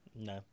no